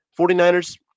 49ers